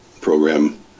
program